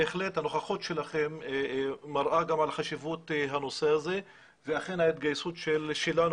בהחלט הנוכחות שלכם מראה גם על חשיבות הנושא הזה ואכן ההתגייסות שלנו